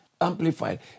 Amplified